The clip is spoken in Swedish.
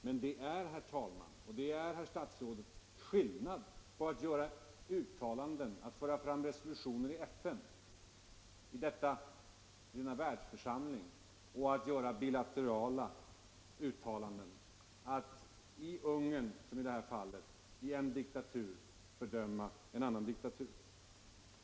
Men det är, herr talman, och det är, herr statsrådet, skillnad mellan å ena sidan att göra uttalanden och att föra fram resolutioner i FN, i denna världsförsamling, och å andra sidan att göra bilaterala uttalanden, att i en diktatur — i det här fallet Ungern — fördöma en annan diktatur.